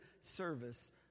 service